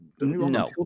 No